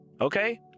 Okay